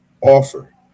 Offer